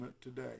today